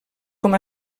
com